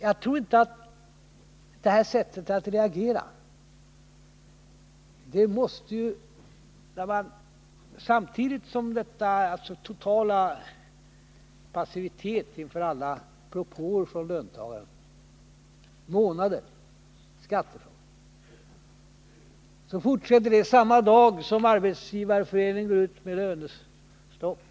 Jag tror inte att detta sätt att reagera gynnar de borgerliga partierna. Vi får ett uttryck för den totala passiviteten inom regeringen inför alla propåer från löntagarna samma dag som Arbetsgivareföreningen går ut med hot om lönestopp.